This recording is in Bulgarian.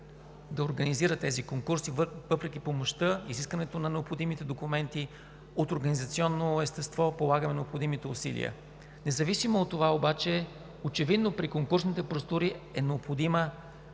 да организира тези конкурси, въпреки помощта и изискването на необходимите документи. От организационно естество полагаме необходимите усилия. Независимо от това обаче, очевидно при конкурсните процедури е необходима